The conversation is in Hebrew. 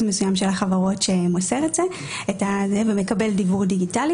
מסוים של החברות שמוסר את זה ומקבל דיוור דיגיטלי.